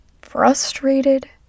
Frustrated